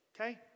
Okay